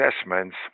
assessments